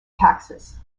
taxes